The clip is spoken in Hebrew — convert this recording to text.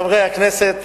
חברי הכנסת,